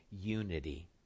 unity